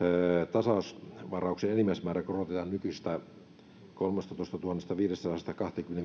tasausvarauksen enimmäismäärä korotetaan nykyisestä kolmestatoistatuhannestaviidestäsadasta